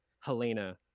Helena